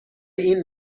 این